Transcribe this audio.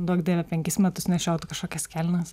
duok dieve penkis metus nešiot kažkokias kelnes